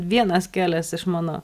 vienas kelias iš mano